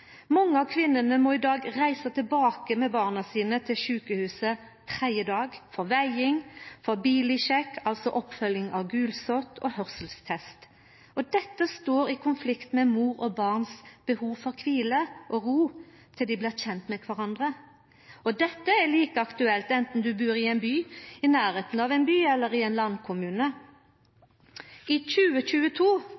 Mange av kvinnene må i dag reisa tilbake til sjukehuset med barna sine tredje dag for veging, bilydsjekk, oppfølging av gulsott og høyrselssjekk. Dette står i konflikt med mor og barns behov for kvile og ro til dei blir kjende med kvarandre. Dette er like aktuelt anten ein bur i ein by, i nærleiken av ein by eller i ein landkommune.